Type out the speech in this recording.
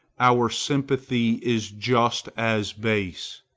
our sympathy is just as base.